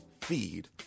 feed